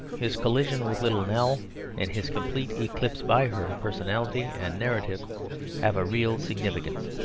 his collision with little nell and his complete eclipse by her personality and narrative have a real significance.